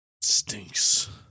stinks